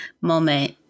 moment